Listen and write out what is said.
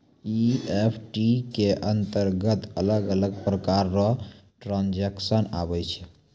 EFT के अंतरगत अलग अलग प्रकार रो ट्रांजेक्शन आवै छै